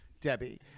Debbie